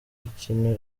mikino